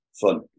fun